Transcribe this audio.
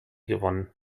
gewonnen